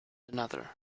another